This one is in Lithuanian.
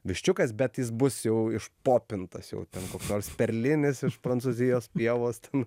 viščiukas bet jis bus jau išpopintas jau ten koks nors perlinis iš prancūzijos pievos ten